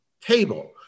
table